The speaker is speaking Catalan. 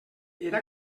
era